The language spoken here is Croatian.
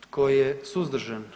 Tko je suzdržan?